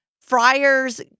Friars